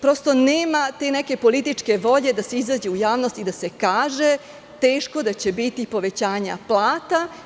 Prosto, nemate političke volje da se izađe u javnost i da se kaže – teško da će biti povećanja plata.